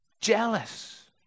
jealous